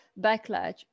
backlash